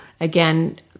again